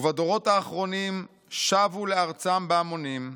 ובדורות האחרונים שבו לארצם בהמונים,